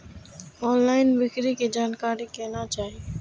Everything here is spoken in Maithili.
ऑनलईन बिक्री के जानकारी केना चाही?